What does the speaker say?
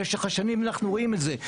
במשך השנים אנחנו רואים את זה,